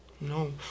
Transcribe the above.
No